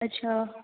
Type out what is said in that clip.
अच्छा